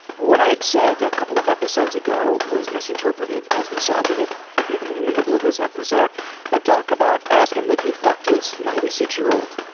what i had said a couple of episodes ago was misinterpreted as misogyny. and in the middle of this episode i talk about asking if he fucked his ninety-six year old